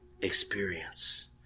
experience